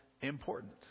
important